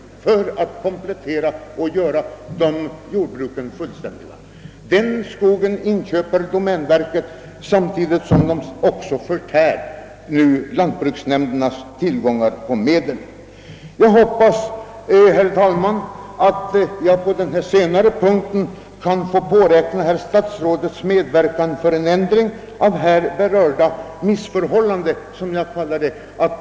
Jag hoppas, herr talman, att jag får påräkna herr statsrådets medverkan för en ändring av här berörda missförhållanden.